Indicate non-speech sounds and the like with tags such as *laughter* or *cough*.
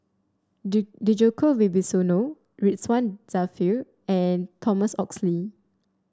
*unintelligible* Djoko Wibisono Ridzwan Dzafir and Thomas Oxley